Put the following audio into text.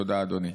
תודה, אדוני.